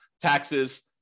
taxes